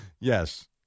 Yes